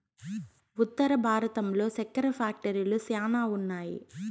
ఉత్తర భారతంలో సెక్కెర ఫ్యాక్టరీలు శ్యానా ఉన్నాయి